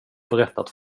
berättat